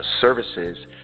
services